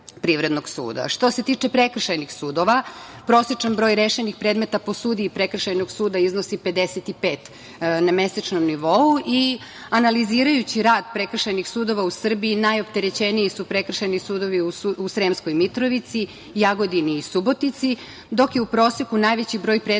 se tiče prekršajnih sudova, prosečan broj rešenih predmeta po sudiji Prekršajnog suda iznosi 55 na mesečnom nivou i, analizirajući rad prekršajnih sudova u Srbiji, najopterećeniji su prekršajni sudovi u Sremskoj Mitrovici, Jagodini i Subotici, dok je u proseku najveći broj predmeta